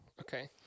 Okay